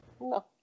No